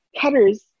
cutters